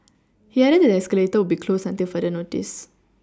he added that the escalator would be closed until further notice